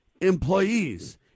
employees